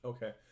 Okay